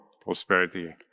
prosperity